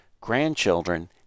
grandchildren